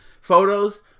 photos